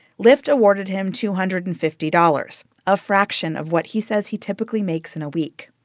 lyft awarded him two hundred and fifty dollars, a fraction of what he says he typically makes in a week.